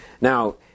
Now